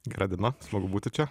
gera diena smagu būti čia